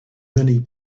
many